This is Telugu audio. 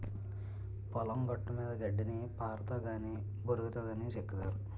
పొలం గట్టుమీద గడ్డిని పారతో గాని బోరిగాతో గాని సెక్కుతారు